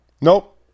Nope